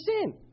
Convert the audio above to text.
sin